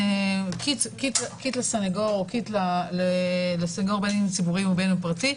קיט לסנגור בין אם הוא ציבורי ובין אם הוא פרטי.